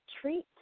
treat